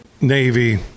Navy